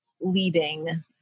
leading